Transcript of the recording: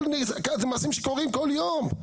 אלו מעשים שקורים כל יום,